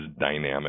dynamic